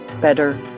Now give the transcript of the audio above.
better